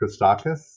Kostakis